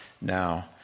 Now